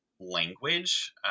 language